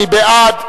מי בעד?